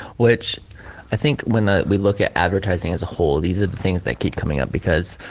which i think when ah we look at advertising as a whole, these are the things that keep coming up because